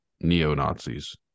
neo-Nazis